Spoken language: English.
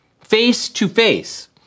face-to-face